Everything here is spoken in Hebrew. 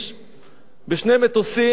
הוא אומר: צריך שני מטוסים כאלה ביום